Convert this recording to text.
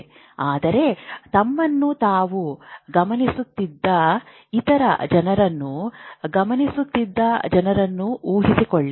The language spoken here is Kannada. ಆದರೆ ತಮ್ಮನ್ನು ತಾವು ಗಮನಿಸುತ್ತಿದ್ದ ಇತರ ಜನರನ್ನು ಗಮನಿಸುತ್ತಿದ್ದ ಜನರನ್ನು ಊಹಿಸಿಕೊಳ್ಳಿ